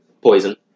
poison